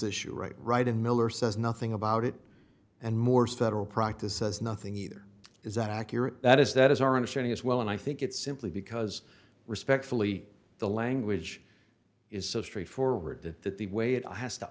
issue right right and miller says nothing about it and morse federal practice says nothing either is that accurate that is that is our understanding as well and i think it's simply because respectfully the language is so straightforward that that the way it has to